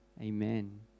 Amen